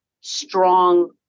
strong